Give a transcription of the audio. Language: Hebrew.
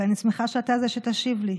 ואני שמחה שאתה זה שתשיב לי.